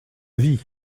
vie